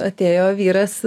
atėjo vyras